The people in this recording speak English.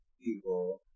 people